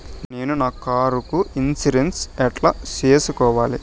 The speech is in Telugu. నేను నా కారుకు ఇన్సూరెన్సు ఎట్లా సేసుకోవాలి